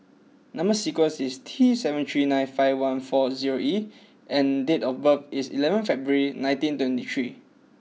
number sequence is T seven three nine five one four zero E and date of birth is eleven February nineteen twenty three